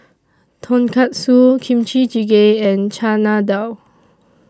Tonkatsu Kimchi Jjigae and Chana Dal